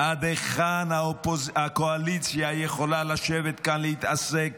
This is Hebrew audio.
עד היכן הקואליציה יכולה לשבת כאן, להתעסק